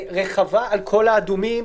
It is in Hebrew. רחבה על כל האדומים,